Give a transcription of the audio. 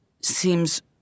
Seems